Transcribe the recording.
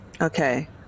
Okay